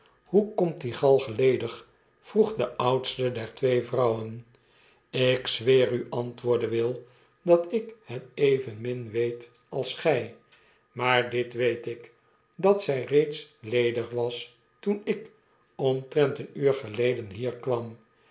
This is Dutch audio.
hoekomtdiegalgledig vroeg de oudste der twee vrouwen ik zweer u antwoordde will dat ik het evenmin weet als gjj maar dit weet ik dat zij reeds ledig was toen ik omtrent een uur geleden hier kwam